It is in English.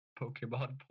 Pokemon